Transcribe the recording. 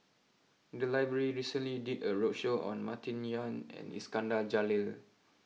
the library recently did a roadshow on Martin Yan and Iskandar Jalil